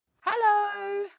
Hello